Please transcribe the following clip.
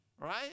right